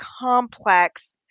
complex